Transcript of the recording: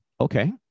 okay